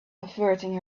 averting